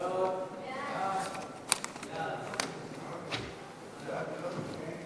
ההצעה להעביר את הצעת חוק הפיקוח על צעצועים מסוכנים,